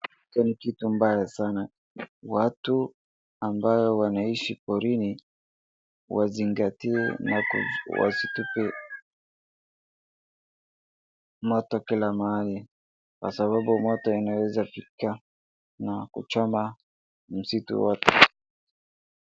Moto ni kitu mbaya sana watu ambayo wanaishi porini wazingatie na wasitupe moto kila mahali kwa sababu moto inaweza fika na kuchoma msitu wote.